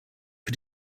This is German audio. für